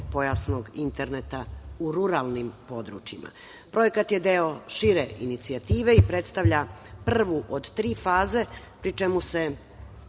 širokopojasnog interneta u ruralnim područjima. Projekat je deo šire inicijative i predstavlja prvu od tri faze, pri čemu se